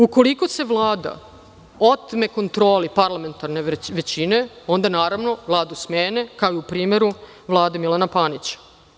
Ukoliko se Vlada otme kontroli parlamentarne većine, onda, naravno, Vladu smene, kao i u primeru Vlade Milana Panića.